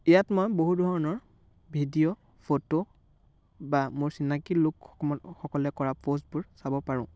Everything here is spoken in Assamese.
ইয়াত মই বহু ধৰণৰ ভিডিঅ' ফটো বা মোৰ চিনাকি লোকসকলে কৰা প'ষ্টবোৰ চাব পাৰোঁ